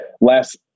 last